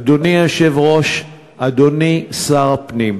אדוני היושב-ראש, אדוני שר הפנים,